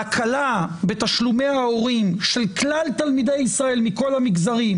ההקלה בתשלומי ההורים של כלל תלמידי ישראל מכל המגזרים